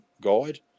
guide